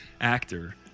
actor